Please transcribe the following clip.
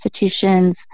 institutions